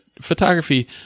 photography